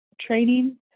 training